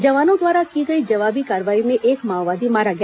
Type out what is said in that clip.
जवानों द्वारा की गई जवाबी कार्रवाई में एक माओवादी मारा गया